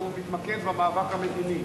והוא מתמקד במאבק המדיני.